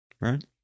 right